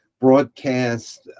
broadcast